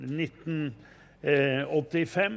1985